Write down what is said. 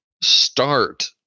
start